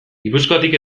gipuzkoatik